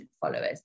followers